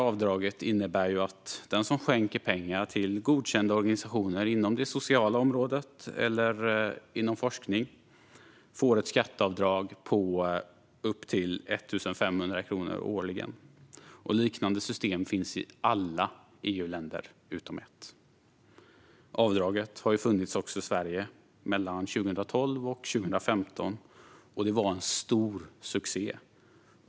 Avdraget innebär att den som skänker pengar till godkända organisationer inom det sociala området eller inom forskning får ett skatteavdrag på upp till 1 500 kronor årligen. Liknande system finns i alla EU-länder utom ett. Avdraget har funnits också i Sverige mellan 2012 och 2015, och det var en stor succé.